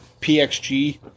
PXG